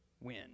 win